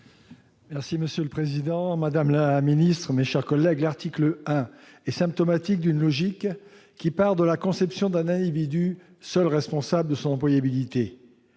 Monsieur le président, madame la ministre, mes chers collègues, l'article 1 est symptomatique d'une logique qui part de la conception d'un individu seul responsable de son employabilité.